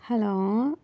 hello